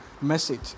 message